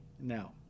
now